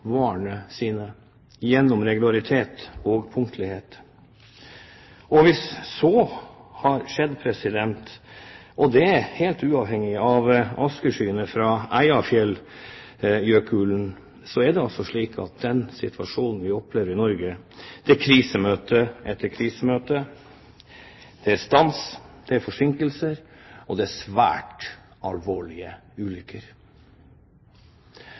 varene sine gjennom regularitet og punktlighet? Helt uavhengig av askeskyene fra Eyjafjallajökull er situasjonen vi opplever i Norge, krisemøte etter krisemøte, det er stans, det er forsinkelser, og det er svært alvorlige ulykker.